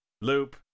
Loop